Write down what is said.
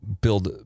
build